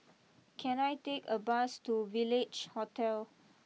can I take a bus to Village Hotel